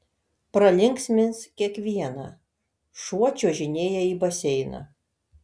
pralinksmins kiekvieną šuo čiuožinėja į baseiną